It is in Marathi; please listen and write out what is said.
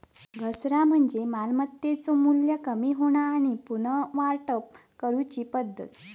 घसारा म्हणजे मालमत्तेचो मू्ल्य कमी होणा आणि पुनर्वाटप करूची पद्धत